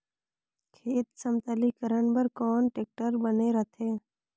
खेत समतलीकरण बर कौन टेक्टर बने रथे?